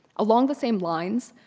along the same lines,